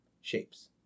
Shapes